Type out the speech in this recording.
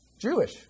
Jewish